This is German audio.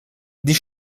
die